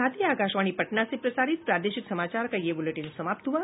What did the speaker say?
इसके साथ ही आकाशवाणी पटना से प्रसारित प्रादेशिक समाचार का ये अंक समाप्त हुआ